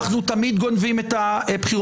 תמיד אנחנו גונבים את הבחירות.